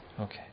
Okay